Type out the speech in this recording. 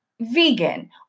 vegan